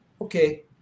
okay